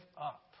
up